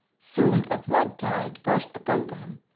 soon a flood-tide burst upon them,